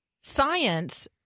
science